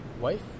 wife